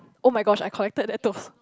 oh my gosh I collected that too